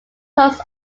post